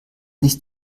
nicht